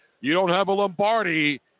you-don't-have-a-Lombardi